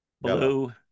blue